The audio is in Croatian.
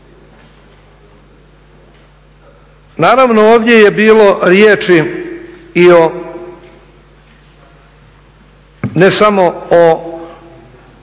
Naravno ovdje je bilo riječi i o ne samo o